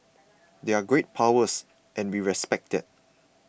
they're great powers and we respect that